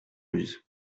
luz